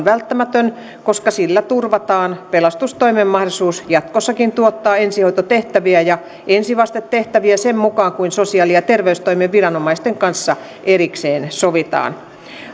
välttämätön koska sillä turvataan pelastustoimen mahdollisuus jatkossakin tuottaa ensihoitotehtäviä ja ensivastetehtäviä sen mukaan kuin sosiaali ja terveystoimen viranomaisten kanssa erikseen sovitaan